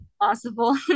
possible